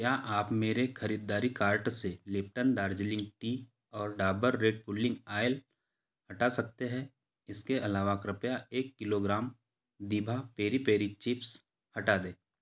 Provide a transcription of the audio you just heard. क्या आप मेरे ख़रीदारी कार्ट से लिप्टन दार्जिलिंग टी और डाबर रेड पुल्लिंग आयल हटा सकते हैं इसके अलावा कृपया एक किलोग्राम दिभा पेरी पेरी चिप्स हटा दें